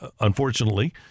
unfortunately